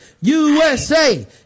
USA